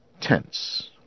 tense